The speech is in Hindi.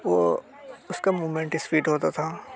वो उसका मूवमेंट इस्पीड होता था